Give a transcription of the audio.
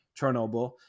Chernobyl